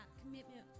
commitment